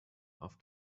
auf